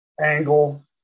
angle